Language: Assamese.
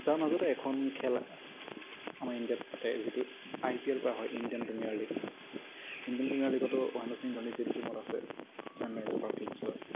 তাৰ মাজতে এখন খেল আমাৰ ইণ্ডিয়াত পাতে যিটো আই পি এল কোৱা হয় Indian premier league Indian premier লীগতো মহেন্দ্ৰ সিং ধোনী যিটো টীমত আছে চেন্নাই চুপাৰ কিংছত